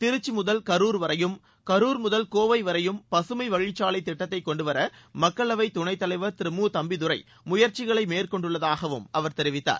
திருச்சி முதல் கரூர் வரையும் கரூர் முதல் கோவை வரையும் பகமை வழிச்சாலை திட்டத்தைக் கொண்டுவர மக்களவைத் துணைத்தலைவர் திரு மு தம்பிதுரை முயற்சிகளை மேற்கொண்டுள்ளதாகவும் அவர் தெரிவித்தார்